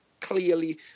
clearly